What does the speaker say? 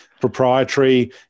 proprietary